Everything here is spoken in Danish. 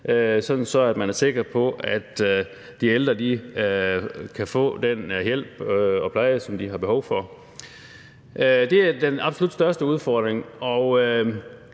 at man er sikker på, at de ældre kan få den hjælp og pleje, som de har behov for. Det er den absolut største udfordring.